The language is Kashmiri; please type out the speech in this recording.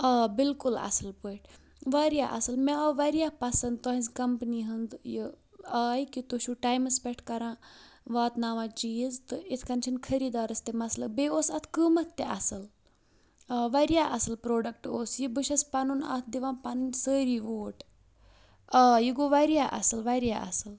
آ بالکل اَصٕل پٲٹھۍ واریاہ اَصٕل مےٚ آو واریاہ پَسنٛد تُہٕنٛز کَمپٔنی ہُنٛد یہِ آے کہِ تُہۍ چھُو ٹایمَس پٮ۪ٹھ کَران واتناوان چیٖز تہٕ اِتھ کٔنۍ چھِنہٕ خٔریٖدارَس تہِ مَسلہٕ بیٚیہِ اوس اَتھ قۭمَتھ تہِ اَصٕل آ واریاہ اَصٕل پرٛوٚڈَکٹ اوس یہِ بہٕ چھس پَنُن اَتھ دِوان پنٕنۍ سٲری ووٹ آ یہِ گوٚو واریاہ اَصٕل واریاہ اَصٕل